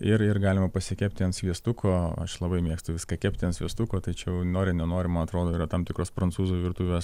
ir ir galima pasikepti ant sviestuko aš labai mėgstu viską kepti ant sviestuko tačiau nori nenori man atrodo yra tam tikros prancūzų virtuvės